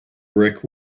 brick